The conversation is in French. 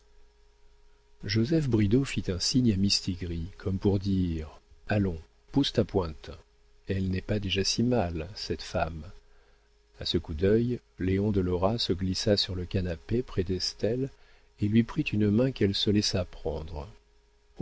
joseph bridau fit un signe à mistigris comme pour dire allons pousse ta pointe elle n'est pas déjà si mal cette femme a ce coup d'œil léon de lora se glissa sur le canapé près d'estelle et lui prit une main qu'elle se laissa prendre